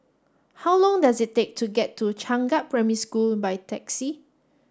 how long does it take to get to Changkat Primary School by taxi